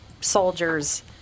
soldiers